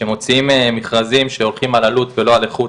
שמוציאים מכרזים שלוקחים על עלות ולא על איכות,